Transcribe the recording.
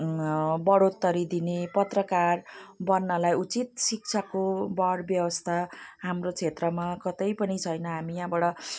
बढोत्तरी दिने पत्रकार बन्नलाई उचित शिक्षाको वर व्यवस्था हाम्रो क्षेत्रमा कतै पनि छैन हामी यहाँबाट